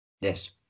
Yes